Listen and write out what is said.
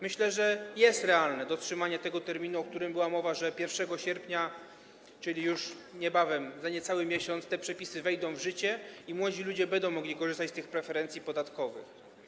Myślę, że jest realne dotrzymanie tego terminu, o którym była mowa, że 1 sierpnia, czyli już niebawem, za niecały miesiąc, te przepisy wejdą w życie i młodzi ludzie będą mogli korzystać z tych preferencji podatkowych.